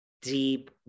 deep